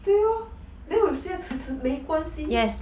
对 lor then 我有些要迟迟没关系